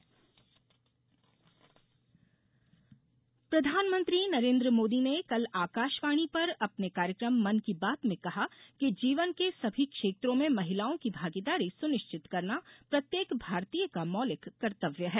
मन की बात प्रधानमंत्री नरेन्द्र मोदी ने कल आकाशवाणी पर अपने कार्यक्रम मन की बात में कहा कि जीवन के सभी क्षेत्रों में महिलाओं की भागीदारी सुनिश्चित करना प्रत्येक भारतीय का मौलिक कर्तव्य है